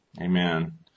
Amen